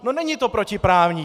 No není to protiprávní!